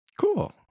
Cool